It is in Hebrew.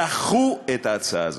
דחו את ההצעה הזאת.